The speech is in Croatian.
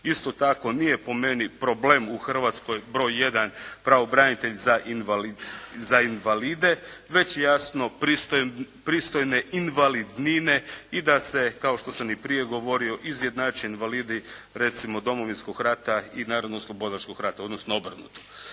Isto tako, nije po meni problem u Hrvatskoj broj jedan pravobranitelj za invalide već jasno pristojne invalidnine i da se kao što sam i prije govorio izjednače invalidi recimo Domovinskog rata i Narodnooslobodilačkog rata, odnosno obrnuto.